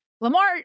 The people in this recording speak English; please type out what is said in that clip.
Lamar